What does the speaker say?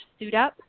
SUITUP